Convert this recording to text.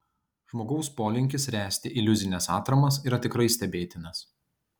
žmogaus polinkis ręsti iliuzines atramas yra tikrai stebėtinas